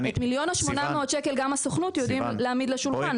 את ה-1,800,000 גם הסוכנות יודעת להעמיד לשולחן,